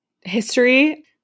history